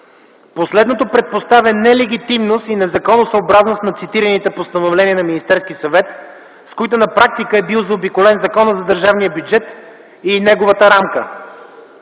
Последното предпоставя нелегитимност и незаконосъобразност на цитираните постановления на Министерския съвет, с които на практика е бил заобиколен Законът за държавния бюджет и неговата рамка.